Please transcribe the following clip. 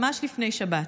ממש לפני שבת: